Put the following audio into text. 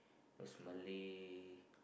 those Malay